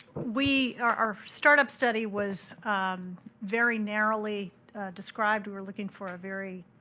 we, our our startup study was very narrowly described. we were looking for a very